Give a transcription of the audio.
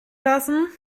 lassen